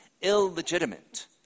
illegitimate